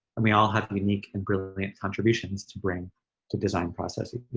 and we all have unique and brilliant contributions to bring to design processes.